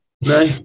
No